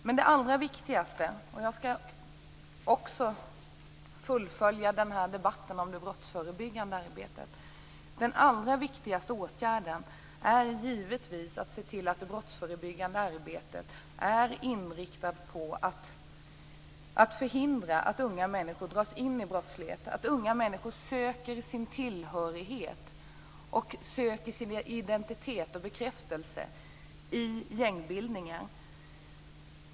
Den allra viktigaste åtgärden - jag skall fullfölja debatten om det brottsförebyggande arbetet - är givetvis att se till att detta arbete är inriktat på att förhindra att unga människor dras in i brottslighet och söker sin tillhörighet och sin identitet och bekräftelse i gängbildningar.